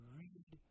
read